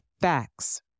facts